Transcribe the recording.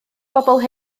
bobl